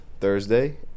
Thursday